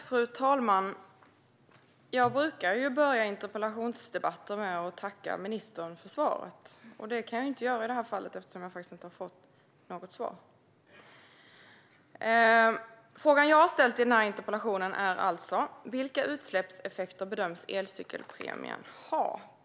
Fru talman! Jag brukar börja interpellationsdebatter med att tacka ministern för svaret. Det kan jag inte göra i detta fall eftersom jag faktiskt inte har fått något svar. Frågan jag har ställt i denna interpellation är alltså: Vilka utsläppseffekter bedöms elcykelpremien ha?